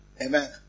Amen